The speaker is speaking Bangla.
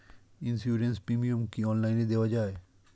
ইন্সুরেন্স প্রিমিয়াম কি অনলাইন দেওয়া যায়?